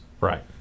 Right